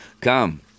come